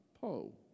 Po